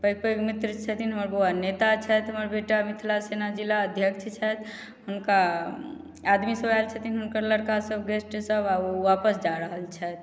पैघ पैघ मित्र छथिन हमर बौआ नेता छथि हमर बेटा मिथिला सेना जिला अध्यक्ष छथि हुनका आदमीसभ आएल छथिन हुनकर लड़कासभ गेस्टसभ आब ओ वापस जा रहल छथि